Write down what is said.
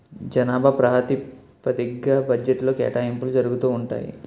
జనాభా ప్రాతిపదిగ్గా బడ్జెట్లో కేటాయింపులు జరుగుతూ ఉంటాయి